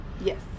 Yes